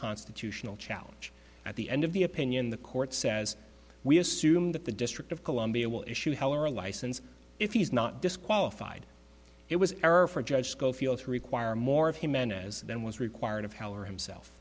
constitutional challenge at the end of the opinion the court says we assume that the district of columbia will issue heller a license if he's not disqualified it was error for judge scofield to require more of him and as then was required of how or himself